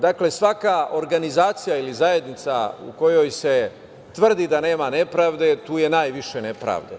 Dakle, svaka organizacija ili zajednica u kojoj se tvrdi da nema nepravde, tu je najviše nepravde.